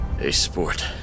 A-Sport